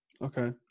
Okay